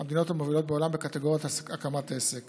המדינות המובילות בעולם בקטגוריית הקמת עסק